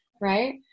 right